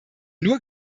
nur